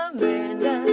Amanda